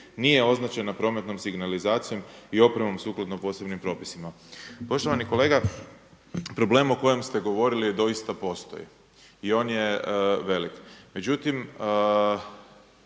nije označena prometnom signalizacijom i opremom sukladno posebnim propisima.“ Poštovani kolega, problem o kojem ste govorili doista postoji i on je velik.